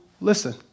listen